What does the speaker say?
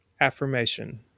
Affirmation